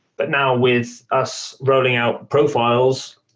but now with us rolling out profiles,